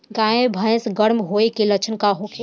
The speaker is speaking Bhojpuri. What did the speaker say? गाय भैंस गर्म होय के लक्षण का होखे?